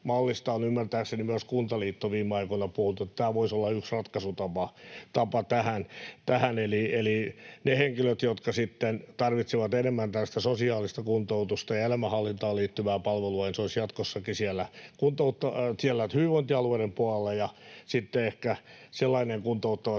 on ymmärtääkseni myös Kuntaliitto viime aikoina puhunut, että tämä voisi olla yksi ratkaisutapa tähän. Eli niille henkilöille, jotka sitten tarvitsevat enemmän tällaista sosiaalista kuntoutusta ja elämänhallintaan liittyvää palvelua, se olisi jatkossakin siellä hyvinvointialueiden puolella, ja sitten ehkä sellainen kuntouttava